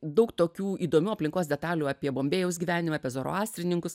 daug tokių įdomių aplinkos detalių apie bombėjaus gyvenimą apie zoroastrininkus